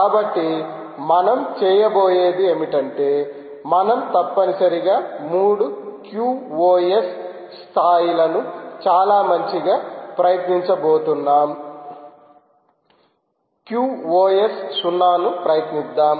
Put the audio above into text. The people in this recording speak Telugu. కాబట్టి మనం చేయబోయేది ఏమిటంటే మనం తప్పనిసరిగా మూడు QoS స్థాయిలను చాలా మంచిగా ప్రయత్నించబోతున్నాం QoS 0 ను ప్రయత్నిద్దాం